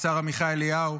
השר עמיחי אליהו,